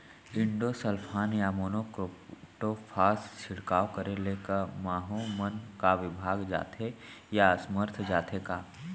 Endosulfan या monocrotophos के छिड़काव करे ले क माहो मन का विभाग जाथे या असमर्थ जाथे का?